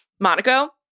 Monaco